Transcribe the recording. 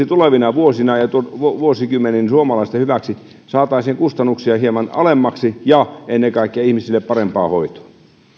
tulevina vuosina ja vuosikymmeninä suomalaisten hyväksi saataisiin kustannuksia hieman alemmaksi ja ennen kaikkea ihmisille parempaa hoitoa